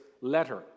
letter